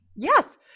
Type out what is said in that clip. Yes